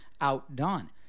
outdone